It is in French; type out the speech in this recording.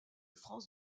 france